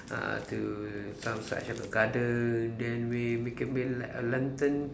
uh to some side have a garden then ma~ make it be like a lantern